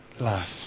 life